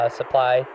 supply